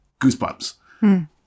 Goosebumps